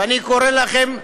אני קורא לכם,